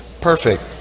Perfect